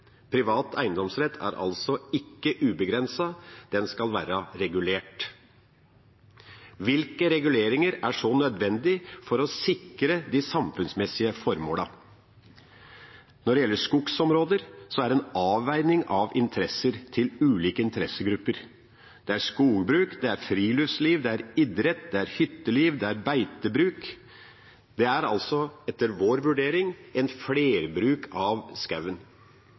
Privat eiendomsrett er altså ikke ubegrenset, den skal være regulert. Hvilke reguleringer er så nødvendig for å sikre de samfunnsmessige formålene? Når det gjelder skogsområder, er det en avveining av interessene til ulike interessegrupper. Det er skogbruk, det er friluftsliv, det er idrett, det er hytteliv, det er beitebruk – det er altså etter vår vurdering flerbruk av